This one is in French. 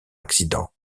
accident